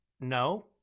No